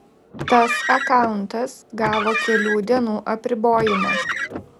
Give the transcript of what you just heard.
tas akauntas gavo kelių dienų apribojimą